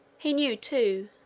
he knew, too,